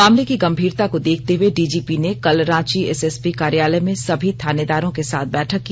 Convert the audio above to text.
मामले की गंभीरता को देखते हए डीजीपी ने कल रांची एसएसपी कार्योलय में सभी थानेदारों के साथ बैठक की